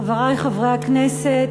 חברי חברי הכנסת,